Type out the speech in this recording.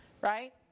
Right